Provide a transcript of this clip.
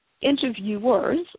interviewers